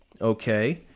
Okay